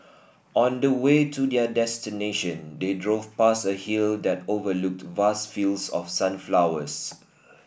on the way to their destination they drove past a hill that overlooked vast fields of sunflowers